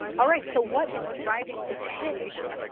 all right, so what is driving disaffiliation?